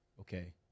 okay